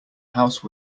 house